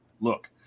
Look